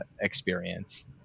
experience